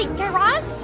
guy raz,